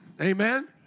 amen